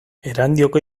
erandioko